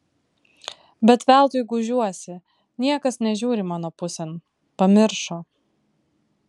bet veltui gūžiuosi niekas nežiūri mano pusėn pamiršo